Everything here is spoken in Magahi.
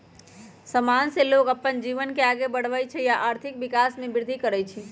समान से लोग अप्पन जीवन के आगे बढ़वई छई आ आर्थिक विकास में भी विर्धि करई छई